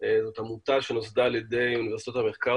זאת עמותה שנוסדה על ידי אוניברסיטאות המחקר